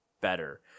better